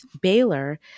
Baylor